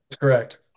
Correct